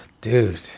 dude